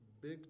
big